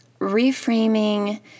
reframing